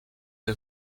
the